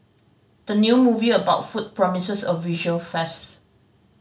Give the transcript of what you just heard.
the new movie about food promises a visual feast